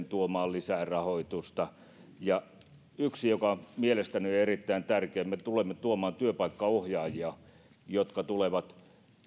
tuomaan lisää rahoitusta kansainvälistymiseen ja yksi asia joka mielestäni on erittäin tärkeä on se että me tulemme tuomaan työpaikkaohjaajia jotka tulevat